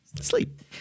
Sleep